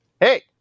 Hey